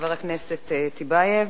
חבר הכנסת טיבייב.